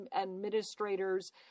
administrators